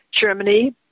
Germany